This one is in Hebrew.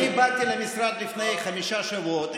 אני באתי למשרד לפני חמישה שבועות.